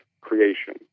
creation